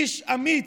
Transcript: איש אמיץ,